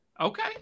Okay